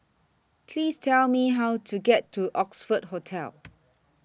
Please Tell Me How to get to Oxford Hotel